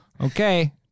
Okay